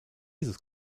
dieses